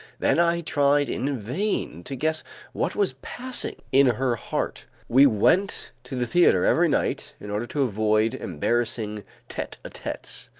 then i tried in vain to guess what was passing in her heart. we went to the theater every night in order to avoid embarrassing tete-a-tetes.